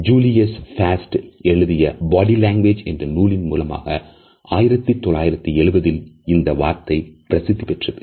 Julius Fast எழுதியBody language என்ற நூலின் மூலம் 1970 ல் இந்த வார்த்தை பிரசித்தி பெற்றது